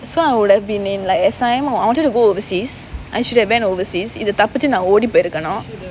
so I would've been in like S_I_M no I wanted to go overseas I should have went overseas இது தப்பிச்சு நான் ஓடிப்போயிருக்கனும்:ithu thappichu naan odipoyirukkanum